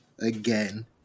again